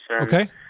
Okay